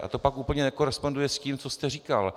A to pak úplně nekoresponduje s tím, co jste říkal.